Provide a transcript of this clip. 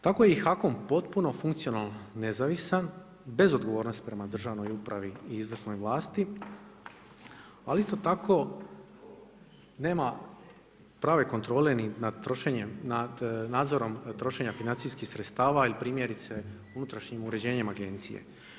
Tako i HAKOM potpunom funkcijom nezavisan, bez odgovornosti prema državnom upravi i izvršnoj vlasti, ali isto tako, nema prave kontrole ni nad nadzorom trošenja financijskih sredstava ili primjerice unutrašnjim uređenjem agencije.